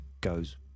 goes